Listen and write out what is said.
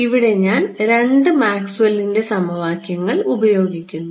ഇവിടെ ഞാൻ രണ്ട് മാക്സ്വെല്ലിന്റെ സമവാക്യങ്ങൾ ഉപയോഗിക്കുകയും ചെയ്യുന്നു